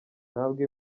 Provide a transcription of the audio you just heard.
ntabwo